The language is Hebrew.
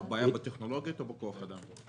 הבעיה בטכנולוגיות או בכוח אדם?